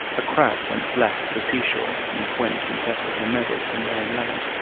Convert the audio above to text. a crab once left the sea-shore and went and settled in a meadow some way inland,